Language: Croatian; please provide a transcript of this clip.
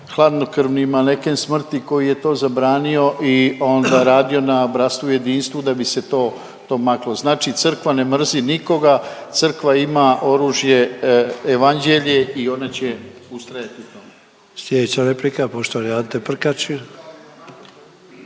hladnokrvni maneken smrti koji je to zabranio i onda radio na bratstvu i jedinstvu da bi se to, to maklo. Znači crkva ne mrzi nikoga, crkva ima oružje evanđelje i ona će ustrajati u